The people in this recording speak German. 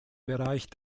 bereich